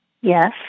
yes